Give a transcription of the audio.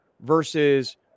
versus